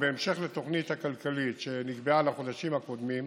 ובהמשך לתוכנית הכלכלית שנקבעה לחודשים הקודמים,